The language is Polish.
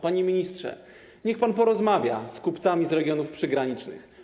Panie ministrze, niech pan porozmawia z kupcami z regionów przygranicznych.